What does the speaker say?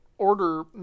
order